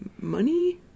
money